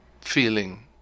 feeling